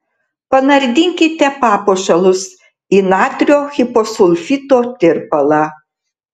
panardinkite papuošalus į natrio hiposulfito tirpalą